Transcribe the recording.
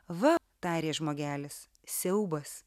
va tarė žmogelis siaubas